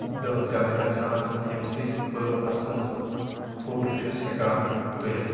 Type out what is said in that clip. دٔہ گنہٕ گژھان ییٚمہِ سۭتۍ بہٕ اصل فوٹو چھُس ہٮ۪کان تُلِتھ